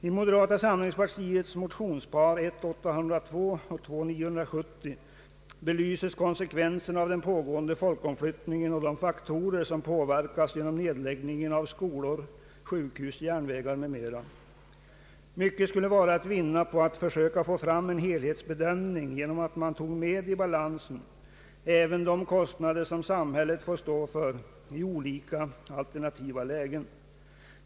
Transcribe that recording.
I moderata samlingspartiets motionspar I: 802 och II: 970 belyses konsekvenserna av den pågående folkomflyttningen och de faktorer som påverkas genom nedläggningen av skolor, sjukhus, järnvägar m.m. Mycket skulle vara att vinna på att försöka få fram en helhetsbedömning genom att man tog med i balansen även de kostnader som samhället får stå för i olika alternativa lägen.